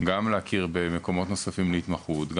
להכיר במקומות נוספים להתמחות,